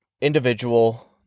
individual